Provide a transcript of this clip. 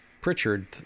Pritchard